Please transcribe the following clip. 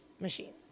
machine